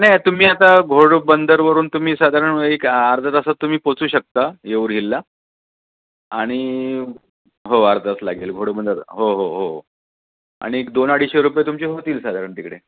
नाही तुम्ही आता घोडबंदरवरून तुम्ही साधारण एक अर्धा तासात तुम्ही पोचू शकता येऊर हिलला आणि हो अर्धा तास लागेल घोडबंदर हो हो हो आणि एक दोन अडीचशे रुपये तुमचे होतील साधारण तिकडे